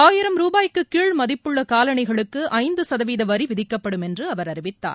ஆயிரம் ரூபாய்க்கு கீழ் மதிப்புள்ள காலணிகளுக்கு ஐந்து சதவீத வரி விதிக்கப்படும் என்று அவர் அறிவித்தார்